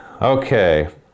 Okay